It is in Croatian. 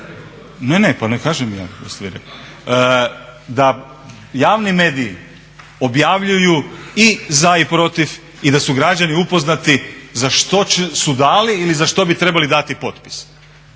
Ne, ne pa ne kažem ja da ste vi rekli. Da javni mediji objavljuju i za i protiv i da su građani upoznati za što su dali ili za što bi trebali dati potpis.